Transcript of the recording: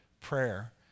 Prayer